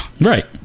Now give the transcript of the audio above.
Right